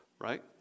Right